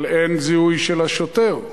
אבל אין זיהוי של השוטר.